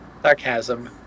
Sarcasm